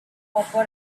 copper